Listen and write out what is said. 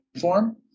form